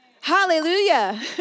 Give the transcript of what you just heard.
Hallelujah